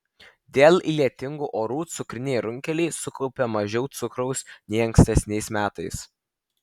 dėl lietingų orų cukriniai runkeliai sukaupė mažiau cukraus nei ankstesniais metais